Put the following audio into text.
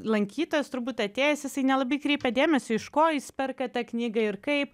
lankytojas turbūt atėjęs jisai nelabai kreipia dėmesį iš ko jūs perkat tą knygą ir kaip